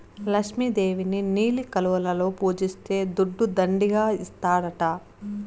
లక్ష్మి దేవిని నీలి కలువలలో పూజిస్తే దుడ్డు దండిగా ఇస్తాడట